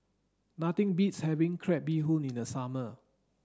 nothing beats having crab bee hoon in the summer